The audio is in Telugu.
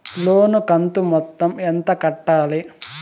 లోను కంతు మొత్తం ఎంత కట్టాలి?